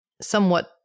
somewhat